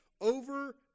over